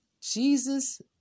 Jesus